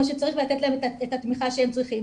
שצריך ולתת להם את התמיכה שהם צריכים.